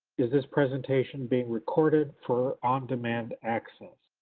is this presentation being recorded for on demand access?